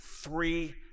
three